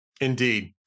indeed